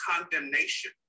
condemnation